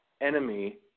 Enemy